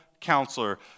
counselor